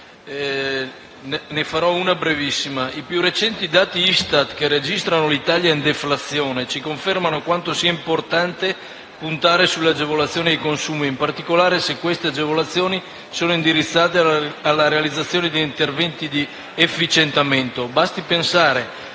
I più recenti dati ISTAT che registrano l'Italia in deflazione, ci confermano quanto sia importante puntare sulle agevolazioni ai consumi, in particolare se queste agevolazioni sono indirizzate alla realizzazione di interventi di efficientamento.